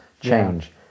change